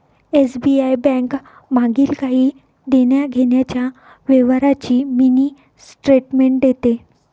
SBI bank मागील काही देण्याघेण्याच्या व्यवहारांची मिनी स्टेटमेंट देते